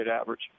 average